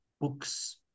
books